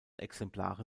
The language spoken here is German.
exemplare